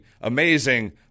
amazing